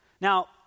Now